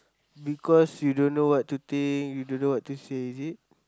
because you don't know what to think you don't know what to say is it